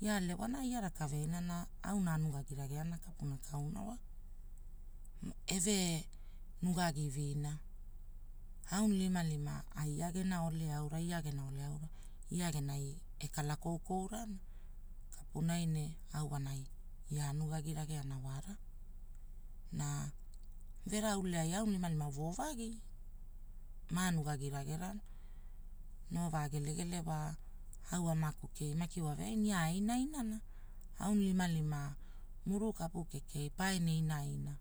ila alewana ia rakaveaina ne auna anugagi- rageana kapuna ka wara. Eve, nugagi vina, aulimalima ai ia gena ole aura, ia genai ekala koukourana, kapunai ne au wanai ia anugagi rageana wara. Na verauleai aulimalima voo vagi, maanugagi ragene, noo vagele gele wa, au amaku kei, maki ia ae inaina na, aulimalima muru kapu kei pae ne inaina.